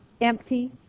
empty